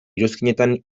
iruzkinetan